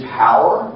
power